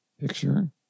picture